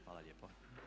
Hvala lijepo.